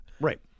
Right